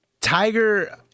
Tiger